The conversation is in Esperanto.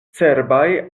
cerbaj